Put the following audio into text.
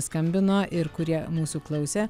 skambino ir kurie mūsų klausė